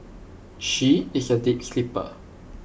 she is A deep sleeper